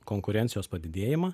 konkurencijos padidėjimą